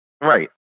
right